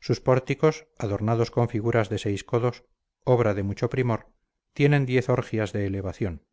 sus pórticos adornados con figuras de seis codos obra de mucho primor tienen diez orgias de elevación